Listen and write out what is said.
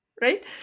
Right